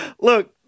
Look